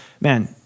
man